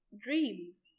dreams